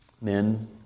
Men